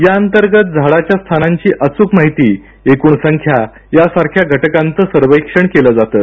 याअंतर्गत झाडांच्या स्थानांची अचूक माहिती एक्रण संख्या यांसारख्या घटकांचे सर्वेक्षण केले जाते